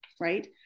right